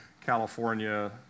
California